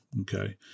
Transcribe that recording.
Okay